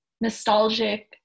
nostalgic